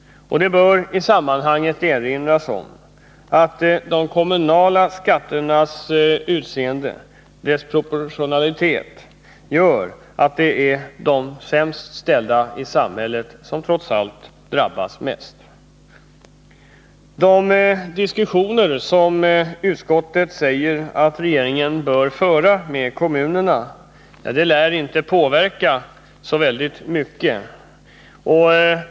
Det bör i sammanhanget erinras om att de kommunala skatternas utformning, deras proportionalitet, medför att det är de sämst ställda i samhället som drabbas mest. De diskussioner som utskottet säger att regeringen bör föra med kommunerna lär inte påverka utvecklingen särskilt mycket.